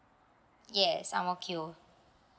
yes ang mo kio